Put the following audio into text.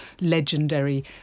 legendary